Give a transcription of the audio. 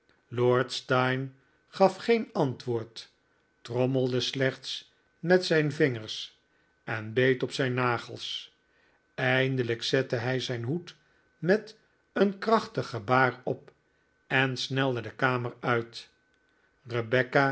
lord steyne gaf geen antwoord trommelde slechts met zijn vingers en beet op zijn nagels eindelijk zette hij zijn hoed met een krachtig gebaar op en snelde de kamer uit